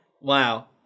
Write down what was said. Wow